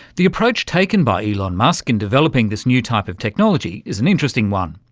the approach taken by elon musk in developing this new type of technology is an interesting one.